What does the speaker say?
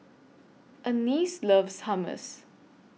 Annice loves Hummus